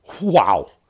wow